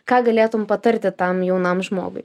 ką galėtum patarti tam jaunam žmogui